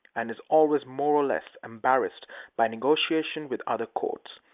and is always more or less embarrassed by negotiations with other courts,